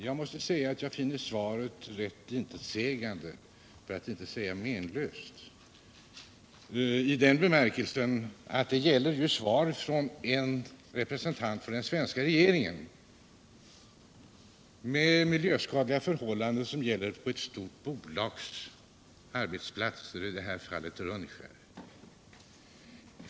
Jag måste säga att jag finner svaret rätt intetsägande, för att inte säga menlöst, i den bemärkelsen att det gäller svar från en representant för den svenska regeringen på en fråga om miljöskadliga förhållanden vid ett stort bolags arbetsplatser — i det här fallet Rönnskär.